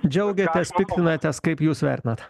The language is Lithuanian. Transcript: džiaugiatės piktinatės kaip jūs vertinat